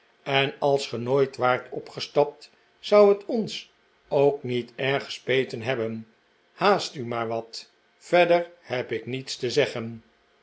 en als ge nooit waart opgestapt zou het ons ook niet erg gespeten hebben haast u maar wat verder heb ik niets te zeggen